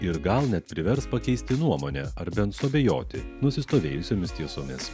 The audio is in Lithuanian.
ir gal net privers pakeisti nuomonę ar bent suabejoti nusistovėjusiomis tiesomis